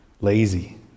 lazy